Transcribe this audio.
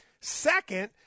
Second